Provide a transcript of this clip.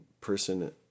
person